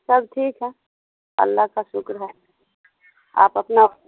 سب ٹھیک ہے اللہ کا شکر ہے آپ اپنا